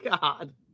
god